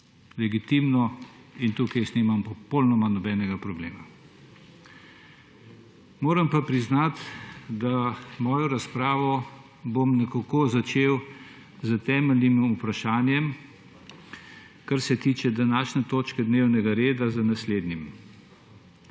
Legitimno in tukaj jaz nimam popolnoma nobenega problema. Moram pa priznati, da bom svojo razpravo začel s temeljnim vprašanjem, kar se tiče današnje točke dnevnega reda, in to z naslednjim.